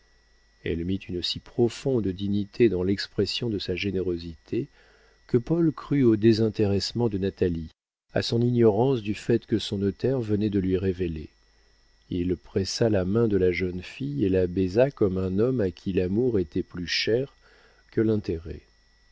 elle mit une si profonde dignité dans l'expression de sa générosité que paul crut au désintéressement de natalie à son ignorance du fait que son notaire venait de lui révéler il pressa la main de la jeune fille et la baisa comme un homme à qui l'amour était plus cher que l'intérêt